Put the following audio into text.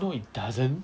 no it doesn't